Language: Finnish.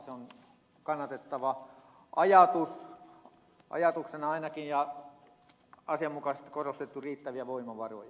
se on kannatettavaa ajatuksena ainakin ja on asianmukaisesti korostettu riittäviä voimavaroja